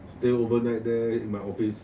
stay overnight there in my office